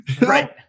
right